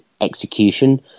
execution